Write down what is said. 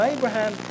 Abraham